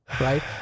right